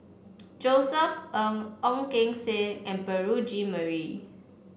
Josef Ng Ong Keng Sen and Beurel Jean Marie